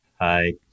Hi